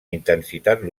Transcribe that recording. intensitat